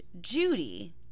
Judy